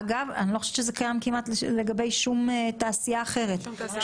אני לא חושבת שזה קיים לגבי שום תעשייה אחרת,